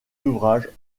ouvrages